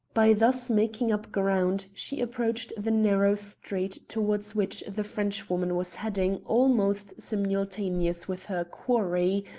by thus making up ground she approached the narrow street towards which the frenchwoman was heading almost simultaneously with her quarry,